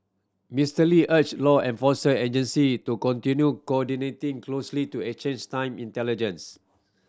Mister Lee urged law enforcement agency to continue coordinating closely to exchange time intelligence